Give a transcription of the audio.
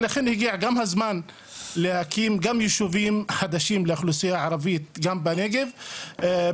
ולכן הגיע הזמן גם להקים יישובים חדשים לאוכלוסייה הערבית גם בנגב,